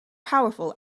powerful